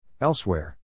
Elsewhere